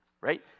Right